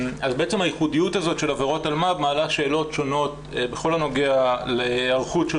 הייחודיות הזאת של עבירות אלמ"ב מעלה שאלות שונות בכל הנוגע להיערכות של